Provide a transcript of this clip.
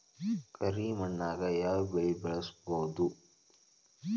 ಕರಿ ಮಣ್ಣಾಗ್ ಯಾವ್ ಬೆಳಿ ಬೆಳ್ಸಬೋದು?